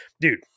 dude